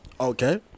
Okay